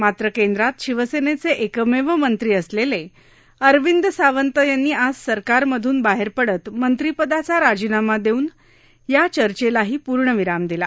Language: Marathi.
मात्र केंद्रात शिवसन्ता प्रकमध्यमंत्री असल्वा अरविंद सावंत यांनी आज सरकारमधून बाहा पडत मंत्रीपदाचा राजीनामा दस्तिन या चर्चेलाही पूर्णविराम दिला